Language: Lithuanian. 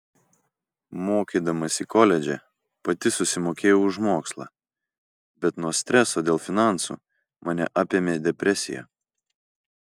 mokydamasi koledže pati susimokėjau už mokslą bet nuo streso dėl finansų mane apėmė depresija